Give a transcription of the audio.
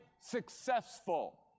successful